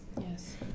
Yes